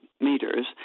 meters